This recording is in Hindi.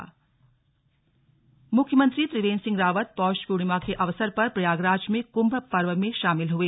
स्लग सीएम कुंभ मुख्यमंत्री त्रिवेन्द्र सिंह रावत पौष पूर्णिमा के अवसर पर प्रयागराज में कुंभ पर्व में शामिल हुए